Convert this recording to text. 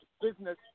business